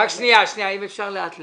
שנייה, אם אפשר לאט לאט.